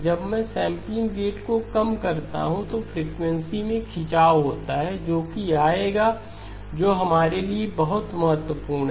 जब मैं sampling rate को कम करता हूं तो फ्रीक्वेंसी में खिंचाव होता है जो कि आएगा जो हमारे लिए बहुत महत्वपूर्ण है